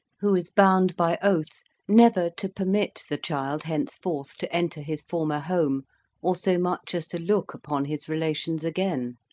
who is bound by oath never to permit the child henceforth to enter his former home or so much as to look upon his relations again,